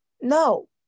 no